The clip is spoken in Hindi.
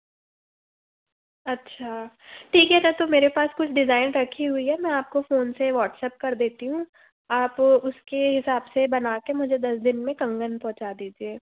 अच्छा ठीक है तब तो मेरे पास कुछ डिज़ाइन रखी हुई है मैं आपको फ़ोन से व्हाट्सऐप्प कर देती हूँ आप उसके हिसाब से बनाके मुझे दस दिन में कंगन पहुँचा दीजिए